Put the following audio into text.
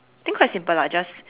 think quite simple lah just